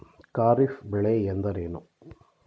ಖಾರಿಫ್ ಬೆಳೆ ಎಂದರೇನು?